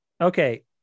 Okay